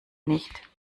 nicht